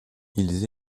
ils